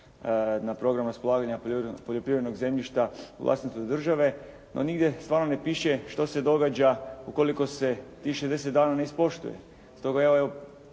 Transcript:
na program raspolaganja poljoprivrednog zemljišta u vlasništvu države. No nigdje stvarno ne piše što se događa ukoliko se tih 60 dana ne ispoštuje. Sto evo